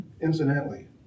Incidentally